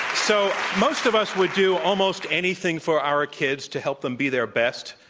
so most of us would do almost anything for our kids to help them be their best,